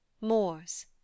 moors